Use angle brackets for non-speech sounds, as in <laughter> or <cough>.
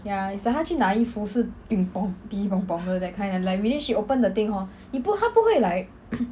ya it's like 她去拿衣服是 <noise> 的 that kind and like really she open the thing hor 你不她不会 like